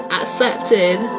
accepted